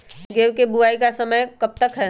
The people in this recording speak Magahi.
गेंहू की बुवाई का समय कब तक है?